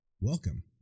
welcome